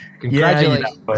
Congratulations